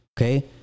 Okay